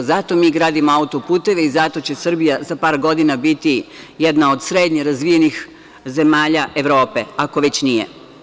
Zato mi gradimo auto-puteve i zato će Srbija za par godina biti jedna od srednje razvijenih zemalja Evrope, ako već nije.